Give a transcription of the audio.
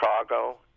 Chicago